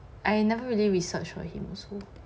I never really research for him also